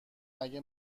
مگه